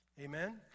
Amen